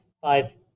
five